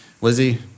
Lizzie